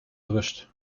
rust